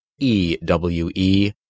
E-W-E